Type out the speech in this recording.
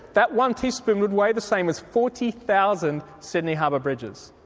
that one teaspoon would weight the same as forty thousand sydney harbour bridges,